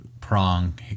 prong